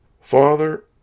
Father